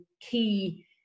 key